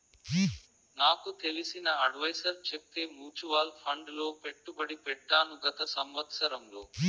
నాకు తెలిసిన అడ్వైసర్ చెప్తే మూచువాల్ ఫండ్ లో పెట్టుబడి పెట్టాను గత సంవత్సరంలో